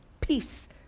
peace